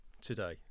today